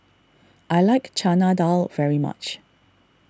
I like Chana Dal very much